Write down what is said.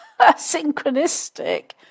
synchronistic